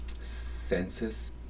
Census